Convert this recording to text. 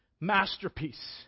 masterpiece